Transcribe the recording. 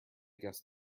guess